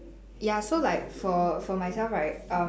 ya so like for for myself right um